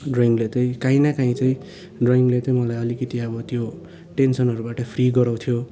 ड्रइङले चाहिँ कहीँ न कहीँ चाहिँ ड्रइङले चाहिँ मलाई अलिकति अब त्यो टेन्सनहरूबाट फ्री गराउँथ्यो